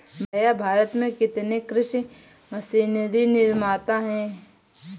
भैया भारत में कितने कृषि मशीनरी निर्माता है?